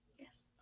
yes